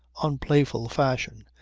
unplayful fashion,